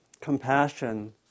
compassion